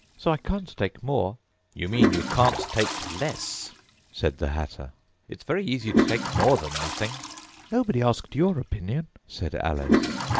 so i can't take more you mean you can't take less said the hatter it's very easy to take more than nothing nobody asked your opinion said alice.